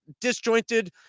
disjointed